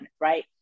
right